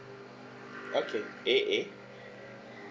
okay A A